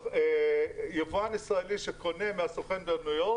יבואן ישראלי שקונה מהסוכן בניו-יורק